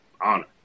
honor